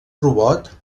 robot